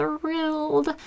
thrilled